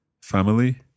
Family